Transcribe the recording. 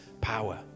power